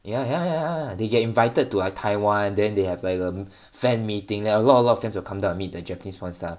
ya ya ya they get invited to like Taiwan then they have like a fan meeting then a lot a lot of fans will come down and meet the japanese porn star